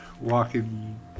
walking